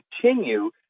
continue